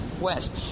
west